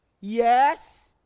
yes